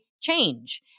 change